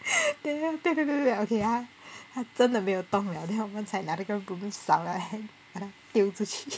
then 他 piak piak piak piak piak okay 它真的没有动了 then 我们才拿那个 broom 扫来丢出去